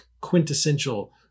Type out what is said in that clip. quintessential